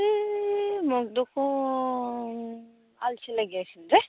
এই মোৰ দেখোন আলচি লাগি আছে দে